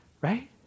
Right